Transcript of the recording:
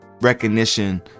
recognition